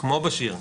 כמו בשיר.